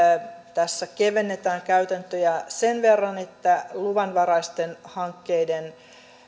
tässä kevennetään käytäntöjä sen verran että luvanvaraisten hankkeiden